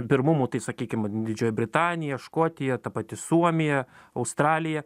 pirmumų tai sakykim didžioji britanija škotija ta pati suomija australija